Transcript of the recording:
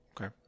Okay